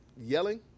yelling